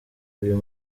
uyu